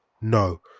No